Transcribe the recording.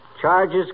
Charges